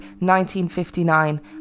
1959